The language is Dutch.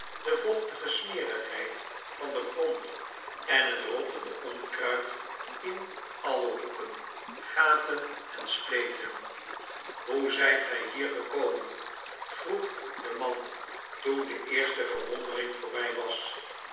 de vochtige smerigheid van den grond en het rottende onkruid in alle hoeken gaten en spleten hoe zijt gij hier gekomen vroeg de man toen de eerste verwondering voorbij was